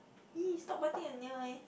!ee! stop biting your nail eh